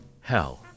Hell